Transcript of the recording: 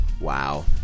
Wow